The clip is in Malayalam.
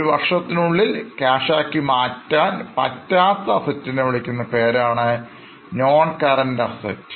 ഒരു കൊല്ലത്തിനുള്ളിൽ ക്യാഷ് ആക്കി മാറ്റാൻ പറ്റാത്ത Assetsനെ വിളിക്കുന്ന പേരാണ്Non Current Assets